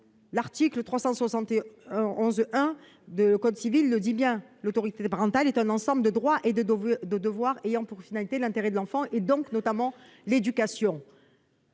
l'article 371-1 du code civil, « l'autorité parentale est un ensemble de droits et de devoirs ayant pour finalité l'intérêt de l'enfant », donc, notamment, l'éducation.